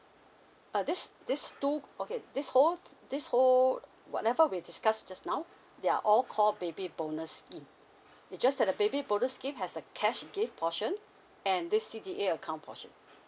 uh this this two okay this whole this whole whatever we discussed just now they are all call baby bonus scheme it just that the baby bonus scheme has a cash gift portion and this C_D_A account portion